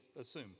assume